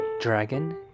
Dragon